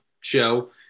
show